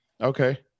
Okay